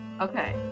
Okay